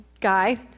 guy